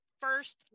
first